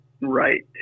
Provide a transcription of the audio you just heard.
right